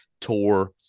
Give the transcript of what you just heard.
tour